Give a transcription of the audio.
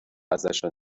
ازشان